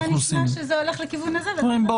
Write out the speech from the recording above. היה נשמע שזה הולך לכיוון הזה ולכן הכל